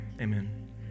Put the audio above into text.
amen